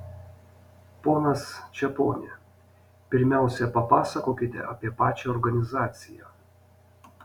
ponas čeponi pirmiausia papasakokite apie pačią organizaciją